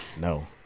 No